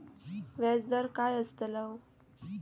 व्याज दर काय आस्तलो?